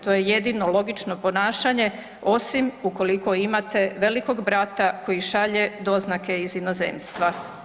To je jedino logično ponašanje, osim ukoliko imate velikog brata koji šalje doznake iz inozemstva.